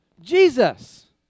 Jesus